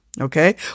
Okay